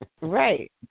Right